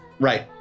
Right